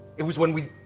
it was when we.